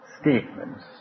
statements